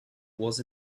was